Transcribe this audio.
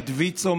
את ויצו,